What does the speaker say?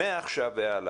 מעכשיו והלאה,